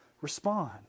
respond